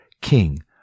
king